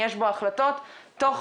ויש בו החלטות תוך